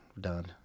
done